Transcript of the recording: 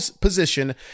position